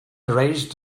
erased